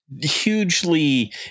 hugely